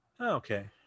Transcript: Okay